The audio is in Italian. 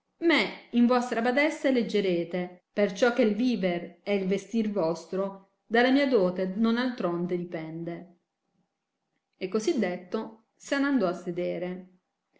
me in vostra badessa eleggerete perciò che il viver e il vestir vostro dalla mia dote e nou altronde dipende e così detto se n andò a sedere